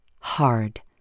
hard